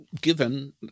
Given